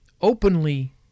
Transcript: openly